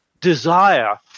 desire